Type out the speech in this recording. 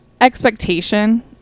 expectation